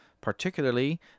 particularly